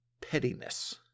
pettiness